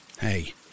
Hey